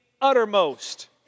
uttermost